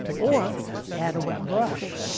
or add a wet brush,